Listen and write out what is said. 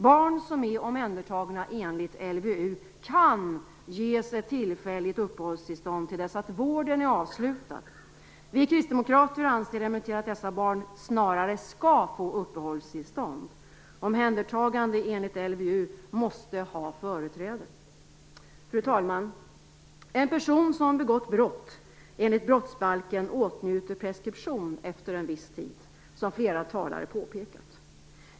Barn som är omhändertagna enligt LVU kan ges ett tillfälligt uppehållstillstånd till dess att vården är avslutad. Vi kristdemokrater anser emellertid att dessa barn snarare skall få uppehållstillstånd. Omhändertagande enligt LVU måste ha företräde. Fru talman! En person som begått brott enligt brottsbalken åtnjuter preskription efter en viss tid, som flera talare påpekat.